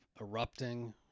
erupting